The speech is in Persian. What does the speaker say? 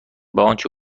آنچه